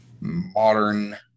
modern